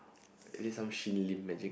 is it some Shin-Lim magic